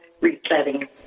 resetting